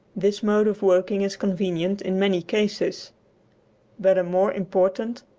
this mode of working is convenient in many cases but a more important,